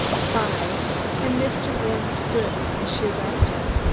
five and mr. wynne stood as she left him,